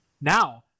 Now